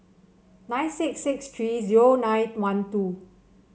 nine six six three zero nine one two